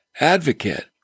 advocate